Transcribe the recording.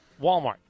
Walmart